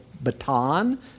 baton